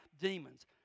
demons